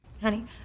Honey